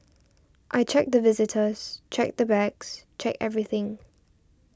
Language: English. I check the visitors check the bags check everything